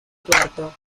tuerto